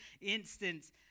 instance